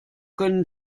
können